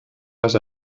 les